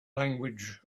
language